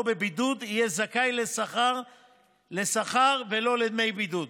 בבידוד הוא יהיה זכאי לשכר ולא לדמי בידוד.